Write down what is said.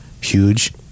huge